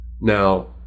Now